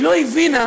דמוקרטיה